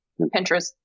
Pinterest